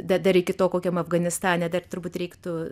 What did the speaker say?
dar dar iki to kokiam afganistane dar turbūt reiktų